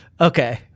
okay